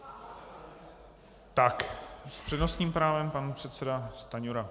S přednostním právem pan předseda Stanjura.